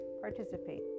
participate